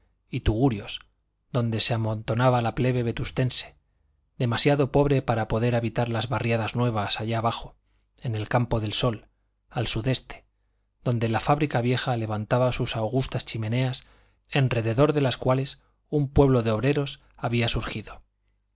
y tugurios donde se amontonaba la plebe vetustense demasiado pobre para poder habitar las barriadas nuevas allá abajo en el campo del sol al sudeste donde la fábrica vieja levantaba sus augustas chimeneas en rededor de las cuales un pueblo de obreros había surgido